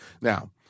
Now